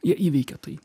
jie įveikia tai